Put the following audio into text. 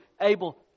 able